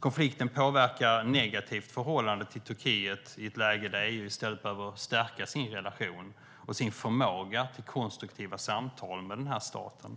Konflikten påverkar negativt förhållandet till Turkiet i ett läge där EU i stället behöver stärka sin relation och sin förmåga till konstruktiva samtal med staten.